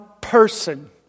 person